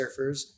surfers